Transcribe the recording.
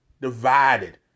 divided